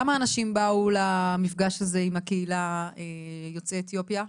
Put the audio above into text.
כמה אנשים באו למפגש הזה עם הקהילה יוצאת אתיופיה?